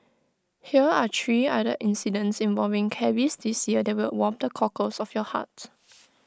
hear are three other incidents involving cabbies this year that will warm the cockles of your hearts